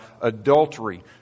adultery